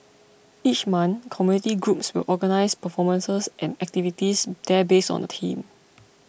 each month community groups will organise performances and activities there based on a theme